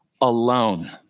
alone